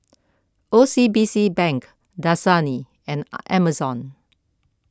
O C B C Bank Dasani and Amazon